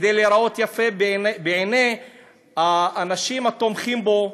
כדי להיראות יפה בעיני האנשים התומכים בו,